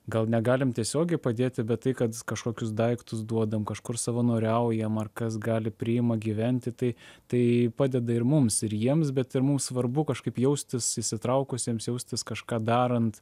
gal negalim tiesiogiai padėti bet tai kad kažkokius daiktus duodam kažkur savanoriaujam ar kas gali priima gyventi tai tai padeda ir mums ir jiems bet ir mums svarbu kažkaip jaustis įsitraukusiems jaustis kažką darant